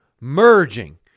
merging